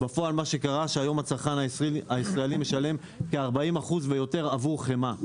בפועל מה שקרה שהיום הצרכן הישראלי משלם כ-40% ויותר עבור חמאה.